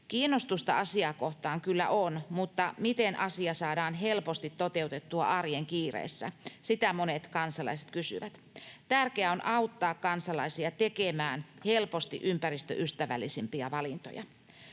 Kiinnostusta asiaa kohtaan kyllä on, mutta miten asia saadaan helposti toteutettua arjen kiireessä — sitä monet kansalaiset kysyvät. Tärkeää on auttaa kansalaisia tekemään helposti ympäristöystävällisempiä valintoja.